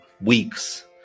weeks